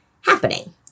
happening